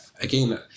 again